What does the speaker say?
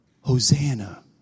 Hosanna